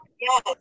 Yes